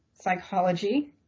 psychology